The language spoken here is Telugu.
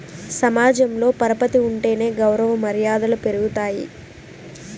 సమాజంలో పరపతి ఉంటేనే గౌరవ మర్యాదలు పెరుగుతాయి